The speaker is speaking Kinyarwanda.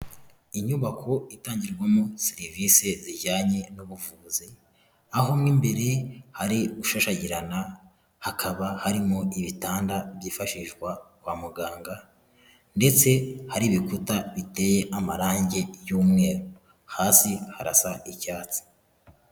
Inyubako itangirwamo serivisi zijyanye n'ubuvuzi, aho mu imbere hari gushashagirana hakaba harimo ibitanda byifashishwa kwa muganga ndetse hari ibikuta biteye amarange y'umwe hasi harasa icyatsi.